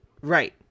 Right